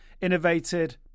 Innovated